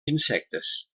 insectes